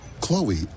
Chloe